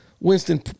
Winston